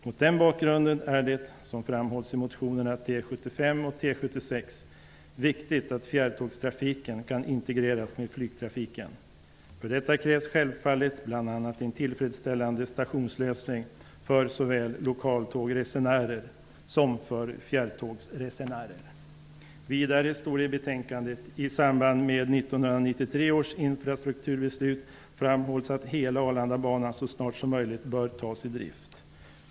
Mot den bakgrunden är det -- som framhålls i motionerna T75 och T76 -- viktigt att fjärrtågstrafiken kan integreras med flygtrafiken. För detta krävs självfallet bl.a. en tillfredsställande stationslösning för såväl lokaltågsresenärer som för fjärrtågsresenärer -- Vidare anförs i betänkandet ''att riksdagen i samband med 1993 års infrastrukturbeslut framhållit att hela Arlandabanan så snart som möjligt bör tas i drift --.